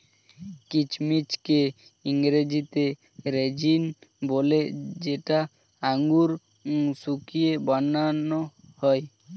কিচমিচকে ইংরেজিতে রেজিন বলে যেটা আঙুর শুকিয়ে বানান হয়